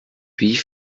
wie